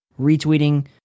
retweeting